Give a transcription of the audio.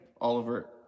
oliver